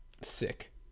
Sick